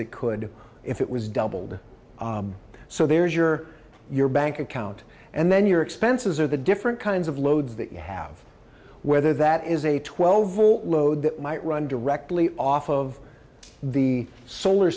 it could if it was doubled so there's your your bank account and then your expenses are the different kinds of loads that you have whether that is a twelve volt load that might run directly off of the solar